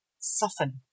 Soften